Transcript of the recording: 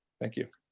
thank you.